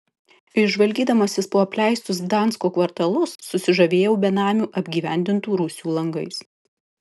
žvalgydamasis po apleistus gdansko kvartalus susižavėjau benamių apgyvendintų rūsių langais